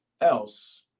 else